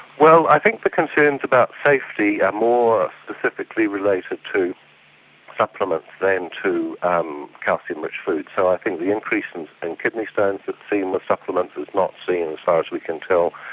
well, i think the concerns about safety are more specifically related to supplements than to um calcium rich foods, so i think the increases in kidney stones we've seen with supplements is not seen, as far as we can tell,